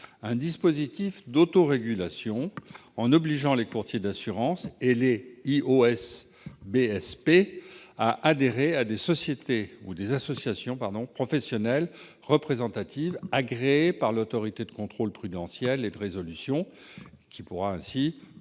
un dispositif d'autorégulation en obligeant les courtiers d'assurances et les IOBSP à adhérer à des associations professionnelles représentatives agréées par l'Autorité de contrôle prudentiel et de résolution, l'ACPR, qui pourra ainsi